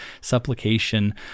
supplication